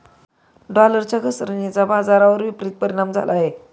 डॉलरच्या घसरणीचा बाजारावर विपरीत परिणाम झाला आहे